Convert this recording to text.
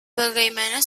bagaimana